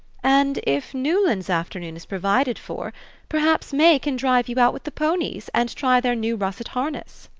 and if newland's afternoon is provided for perhaps may can drive you out with the ponies, and try their new russet harness.